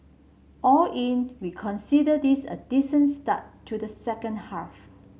all in we consider this a decent start to the second half